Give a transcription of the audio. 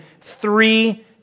three